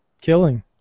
killing